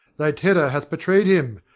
thy terror hath betrayed him.